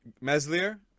Meslier